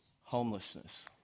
Homelessness